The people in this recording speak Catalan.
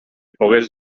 pogués